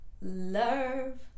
love